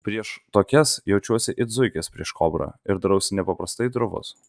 prieš tokias jaučiuosi it zuikis prieš kobrą ir darausi nepaprastai drovus